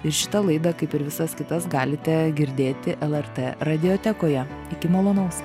ir šitą laidą kaip ir visas kitas galite girdėti lrt radijotekoje iki malonaus